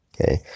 okay